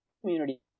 community